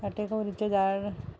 कांटेकुवरीचें झाड